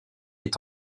est